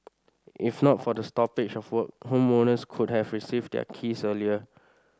if not for the stoppage of work homeowners could have received their keys earlier